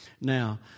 now